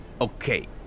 Okay